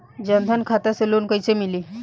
जन धन खाता से लोन कैसे मिली?